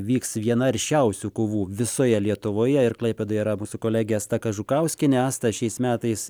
vyks viena aršiausių kovų visoje lietuvoje ir klaipėdoje yra mūsų kolegė asta kažukauskienė asta šiais metais